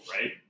right